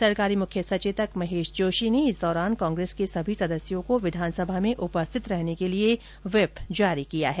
सरकारी मुख्य सचेतक महेश जोशी ने इस दौरान कांग्रेस के सभी सदस्यों को विधानसभा में उपस्थित रहने के लिए व्हीप जारी किया है